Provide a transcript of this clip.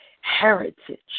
heritage